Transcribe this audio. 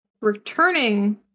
returning